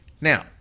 Now